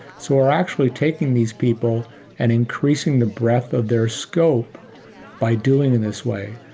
so we're actually taking these people and increasing the breadth of their scope by doing it this way.